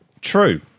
True